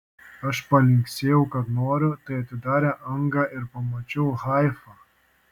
aš palinksėjau kad noriu tai atidarė angą ir pamačiau haifą